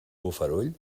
bofarull